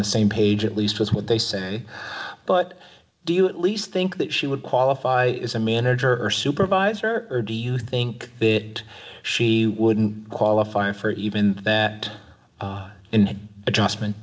the same page at least was what they say but do you at least think that she would qualify as a manager or supervisor or do you think that she wouldn't qualify for even that adjustment